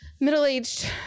middle-aged